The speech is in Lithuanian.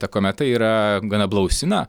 ta kometa yra gana blausi na